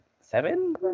seven